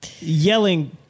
yelling